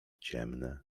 ciemne